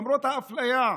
למרות האפליה,